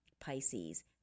pisces